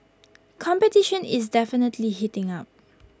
competition is definitely heating up